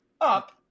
up